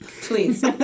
Please